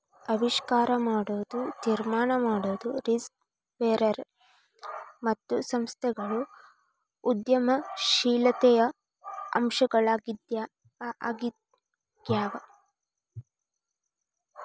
ಆವಿಷ್ಕಾರ ಮಾಡೊದು, ತೀರ್ಮಾನ ಮಾಡೊದು, ರಿಸ್ಕ್ ಬೇರರ್ ಮತ್ತು ಸಂಸ್ಥೆಗಳು ಉದ್ಯಮಶೇಲತೆಯ ಅಂಶಗಳಾಗ್ಯಾವು